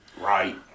Right